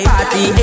Party